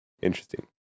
Interesting